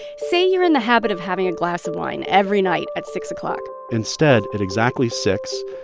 say you're in the habit of having a glass of wine every night at six o'clock instead, at exactly six,